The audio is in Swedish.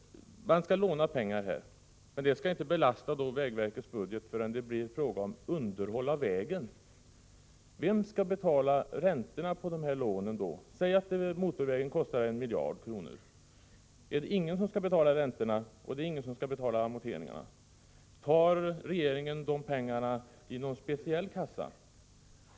Man skall låna pengar till detta, men de skall inte belasta vägverkets budget förrän det blir fråga om underhåll av vägen. Vem skall då betala räntorna på lånen, som kanske kan komma att uppgå till 1 miljard kronor? Skall ingen betala räntor och amorteringar, eller tar regeringen dessa pengar ur någon speciell kassa?